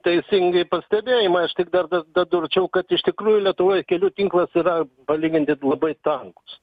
teisingai pastebėjimai aš tik dar dadurčiau kad iš tikrųjų lietuvoj kelių tinklas yra palyginti labai tankus